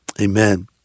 amen